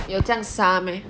有这样傻 meh